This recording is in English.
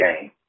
game